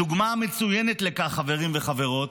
דוגמה מצוינת לכך, חברים וחברות,